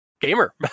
gamer